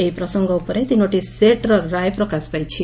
ଏହି ପ୍ରସଙ୍ଗ ଉପରେ ତିନୋଟି ସେଟ୍ର ରାୟ ପ୍ରକାଶ ପାଇଛି